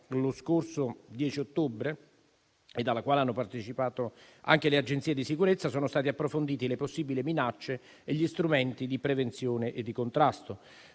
lo scorso 10 ottobre, alla quale hanno partecipato anche le agenzie di sicurezza, sono state approfondite le possibili minacce e gli strumenti di prevenzione e contrasto.